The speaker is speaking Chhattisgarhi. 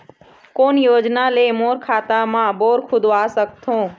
कोन योजना ले मोर खेत मा बोर खुदवा सकथों?